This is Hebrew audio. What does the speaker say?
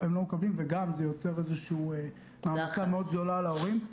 וגם זה יוצר איזושהי מעמסה מאוד גדולה על ההורים.